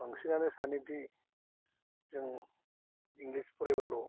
बांसिनानो सानो दि जों इंलिस फरायबाल'